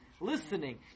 listening